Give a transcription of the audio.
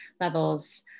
levels